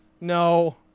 no